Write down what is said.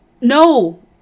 No